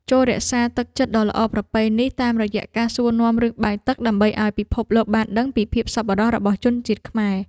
ចូររក្សាទឹកចិត្តដ៏ល្អប្រពៃនេះតាមរយៈការសួរនាំរឿងបាយទឹកដើម្បីឱ្យពិភពលោកបានដឹងពីភាពសប្បុរសរបស់ជនជាតិខ្មែរ។